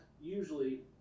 usually